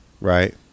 right